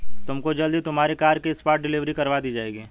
तुमको जल्द ही तुम्हारी कार की स्पॉट डिलीवरी करवा दी जाएगी